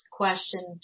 question